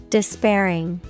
Despairing